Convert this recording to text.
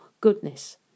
goodness